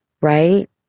right